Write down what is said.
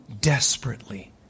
desperately